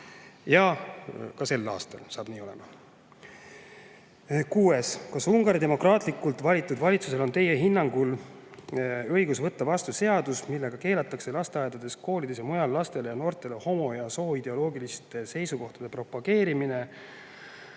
Ja ka sel aastal saab nii olema. Kuues küsimus: "Kas Ungari demokraatlikult valitud valitsusel on Teie hinnangul [---] õigus võtta vastu seadus, millega keelatakse lasteaedades, koolides ja mujal lastele ja noortele homo- ja sooideoloogiliste seisukohtade propageerimine